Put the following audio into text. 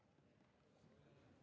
Merci,